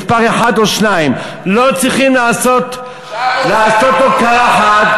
מס' 1 או 2. לא צריכים לעשות לו קרחת,